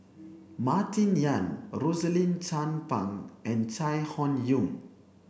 Martin Yan Rosaline Chan Pang and Chai Hon Yoong